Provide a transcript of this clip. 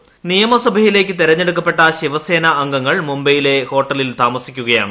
്യീയ്മ്സഭയിലേയ്ക്ക് തിരഞ്ഞെടുക്കപ്പെട്ട ശിവസേന അംഗങ്ങൾ മുംബൈയിലെ ഹോട്ടലിൽ താമസിക്കുകയാണ്